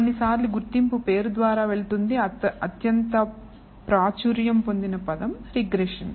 కొన్నిసార్లు గుర్తింపు పేరు ద్వారా వెళుతుంది అత్యంత ప్రాచుర్యం పొందిన పదం రిగ్రెషన్